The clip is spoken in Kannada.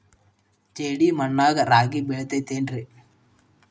ಜೇಡಿ ಮಣ್ಣಾಗ ರಾಗಿ ಬೆಳಿತೈತೇನ್ರಿ?